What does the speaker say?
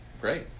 Great